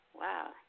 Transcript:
Wow